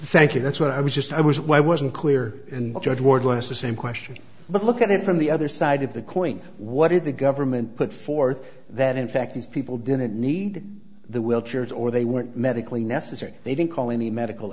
thank you that's what i was just i was why wasn't clear in the code word less the same question but look at it from the other side of the coin what if the government put forth that in fact these people didn't need the wheelchair it or they weren't medically necessary they didn't call any medical